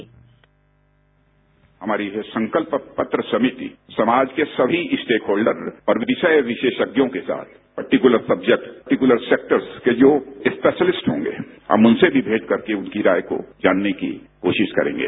bite Rajnath Singh हमारी ये संकल्प पत्र समिति समाज के सभी स्टेकहोल्डर्स और विषय विशेषज्ञों के साथ पर्टिकुलर सब्जेक्ट्स पर्टिकुलर सेक्टर्स के जो स्पेशेलिस्ट होंगे हम उनसे भी भेंट करके उनकी राय को जानने की कोशिश करेंगे